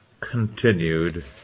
continued